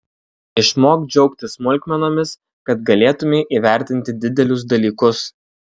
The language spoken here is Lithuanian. išmok džiaugtis smulkmenomis kad galėtumei įvertinti didelius dalykus